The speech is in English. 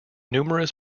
numerous